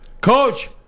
Coach